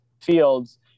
fields